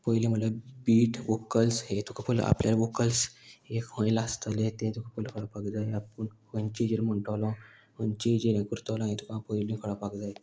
पयलीं म्हणल्यार beat vocals हें तुका पयलो आपल्या वोकल्स हें खंय लासतले तें तुका पयलें कळपाक जाय आपूण खंयचे हेजेर म्हणटलो खंयचें हेजेर हें करतलो हें तुका पयलू कळपाक जाय